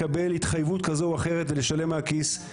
לקבל התחייבות כזו או אחרת ולשלם מהכיס.